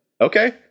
okay